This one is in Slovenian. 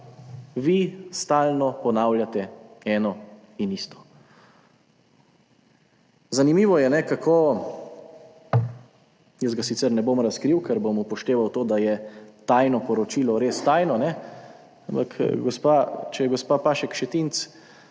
vi stalno ponavljate eno in isto. Zanimivo je, kako – jaz ga sicer ne bom razkril, ker bom upošteval to, da je tajno poročilo res tajno, ampak če je gospa Šetinc